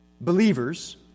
believers